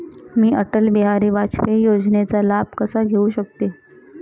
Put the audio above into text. मी अटल बिहारी वाजपेयी योजनेचा लाभ कसा घेऊ शकते?